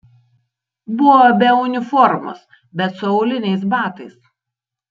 buvo be uniformos bet su auliniais batais